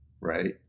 right